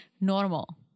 normal